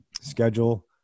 schedule